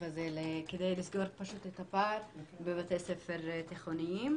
הזה כדי לסגור את הפער בבתי ספר תיכוניים,